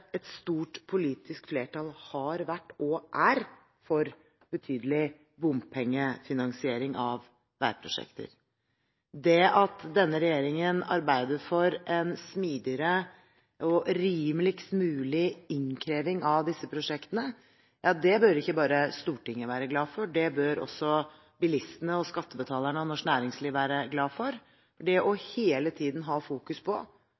stort politisk flertall har vært, og er, for betydelig bompengefinansiering av veiprosjekter. Det at denne regjeringen arbeider for en smidigere og rimeligst mulig innkreving av disse prosjektene, bør ikke bare Stortinget være glad for, det bør også bilistene, skattebetalerne og norsk næringsliv være glad for. Hele tiden å fokusere på